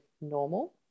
normal